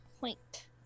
Point